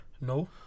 No